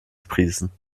sprießen